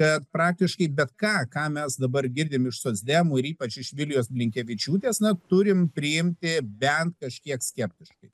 bet praktiškai bet ką ką mes dabar girdim iš socdemų ir ypač iš vilijos blinkevičiūtės na turim priimti bent kažkiek skeptiškai